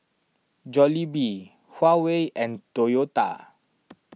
Jollibee Huawei and Toyota